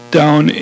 down